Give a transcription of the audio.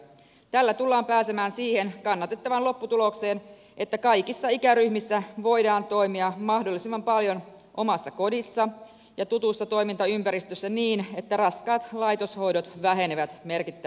tällä tullaan pääsemään siihen kannatettavaan lopputulokseen että kaikissa ikäryhmissä voidaan toimia mahdollisimman paljon omassa kodissa ja tutussa toimintaympäristössä niin että raskaat laitoshoidot vähenevät merkittävästi